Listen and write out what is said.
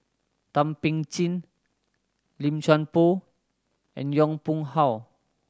Thum Ping Tjin Lim Chuan Poh and Yong Pung How